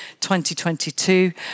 2022